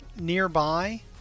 nearby